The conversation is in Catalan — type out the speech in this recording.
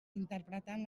interpretant